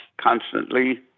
constantly